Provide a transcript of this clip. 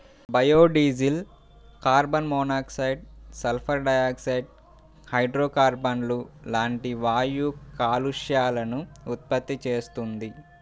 biodiesel carbon monoxide, sulphur dioxide, హైడ్రోకార్బన్లు లాంటి వాయు కాలుష్యాలను ఉత్పత్తి చేస్తుంది